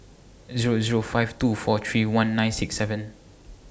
Zero Zero five two four three one nine six seven